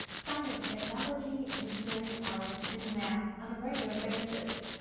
science, technology, engineering, art, and math on a regular basis.